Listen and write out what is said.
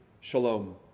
shalom